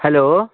hello